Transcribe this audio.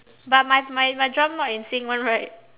but my my my drum not in sync one right